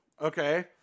okay